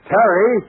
Terry